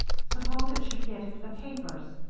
suppose it should get into the papers!